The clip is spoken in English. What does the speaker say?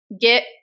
get